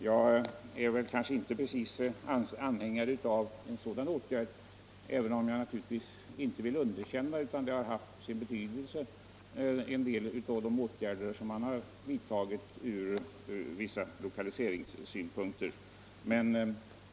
Jag är inte anhängare av sådana åtgärder, även om jag erkänner att en del av de åtgärder som vidtagits ur lokaliseringpolitiska synpunkter har haft betydelse.